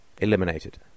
eliminated